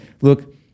look